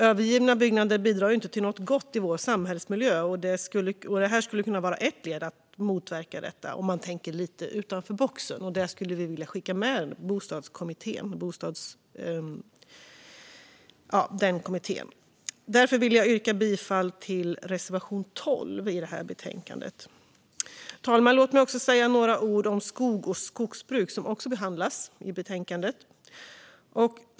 Övergivna byggnader bidrar inte till något gott i vår samhällsmiljö. Det här skulle kunna vara ett led i att motverka detta, om man tänker lite utanför boxen. Det vill vi skicka med Bostadsbeskattningskommittén, och därför vill jag yrka bifall till reservation 12 i betänkandet. Fru talman! Låt mig säga några ord om skog och skogsbruk, som också behandlas i betänkandet.